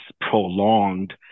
prolonged